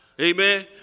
Amen